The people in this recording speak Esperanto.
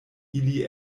ili